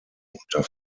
unter